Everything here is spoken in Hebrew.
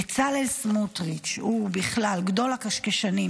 בצלאל סמוטריץ', הוא בכלל גדול הקשקשנים: